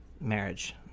marriage